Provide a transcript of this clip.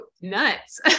nuts